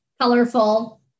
colorful